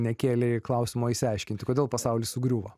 nekėlei klausimo išsiaiškinti kodėl pasaulis sugriuvo